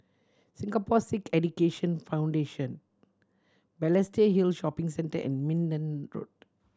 Singapore Sikh Education Foundation Balestier Hill Shopping Center and Minden Road